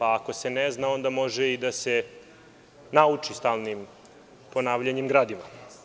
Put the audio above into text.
Ako se ne zna, onda može i da se nauči stalnim ponavljanjem gradiva.